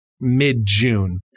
mid-June